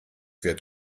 wird